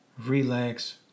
relax